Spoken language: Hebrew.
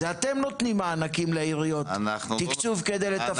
אתם נותנים מענקים לעיריות ותקצוב כדי לתפקד.